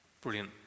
Brilliant